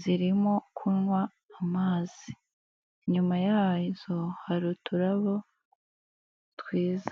zirimo kunywa amazi, inyuma yazo hari uturabo twiza.